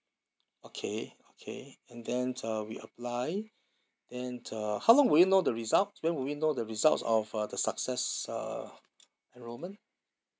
okay okay and then uh we apply then uh how long would you know the result when will we know the results of uh the success uh enrolment